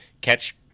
catch